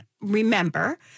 remember